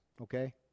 Okay